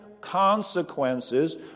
consequences